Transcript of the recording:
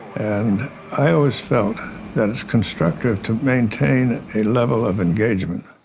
and i always felt that it's constructive to maintain a level of engagement